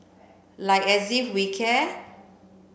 like as if we care